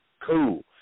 cool